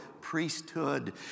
priesthood